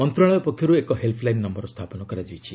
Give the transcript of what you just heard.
ମନ୍ତ୍ରଣାଳୟ ପକ୍ଷରୁ ଏକ ହେଲ୍ସଲାଇନ୍ ନମ୍ଘର ସ୍ଥାପନ କରାଯାଇଛି